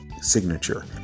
signature